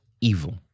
Evil